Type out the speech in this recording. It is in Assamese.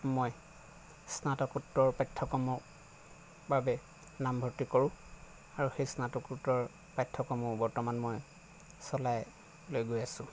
মই স্নাতকোত্তৰ পাঠ্যক্ৰমৰ বাবে নামভৰ্তি কৰোঁ আৰু সেই স্নাতকোত্তৰ পাঠ্যক্ৰমো বৰ্তমান মই চলাই লৈ গৈ আছোঁ